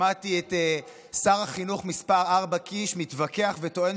שמעתי את שר החינוך מס' ארבע קיש מתווכח וטוען